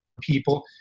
people